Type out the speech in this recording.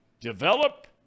develop